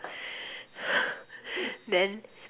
then